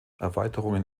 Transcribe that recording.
erweiterungen